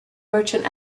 merchant